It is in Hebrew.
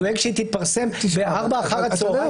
דואג שהיא תתפרסם בארבע אחר-הצוהריים